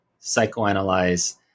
psychoanalyze